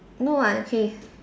no [what] okay